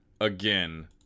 again